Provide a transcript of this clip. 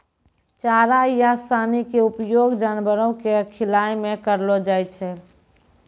चारा या सानी के उपयोग जानवरों कॅ खिलाय मॅ करलो जाय छै